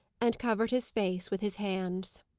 and covered his face with his hands.